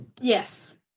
yes